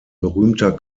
berühmter